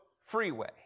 freeway